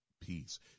peace